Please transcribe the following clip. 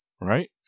right